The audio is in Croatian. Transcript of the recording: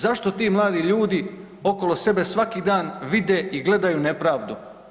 Zašto ti mladi ljudi okolo sebe svaki dan vide i gledaju nepravdu?